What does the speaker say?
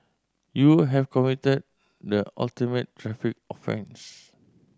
you have committed the ultimate traffic offence